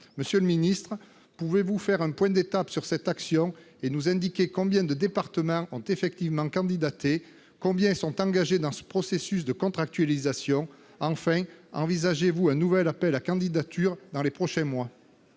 Monsieur le secrétaire d'État, pouvez-vous faire un point d'étape sur cette action et nous indiquer combien de départements ont effectivement candidaté et combien sont engagés dans ce processus de contractualisation ? Envisagez-vous un nouvel appel à candidatures dans les prochains mois ?